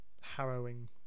harrowing